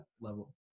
level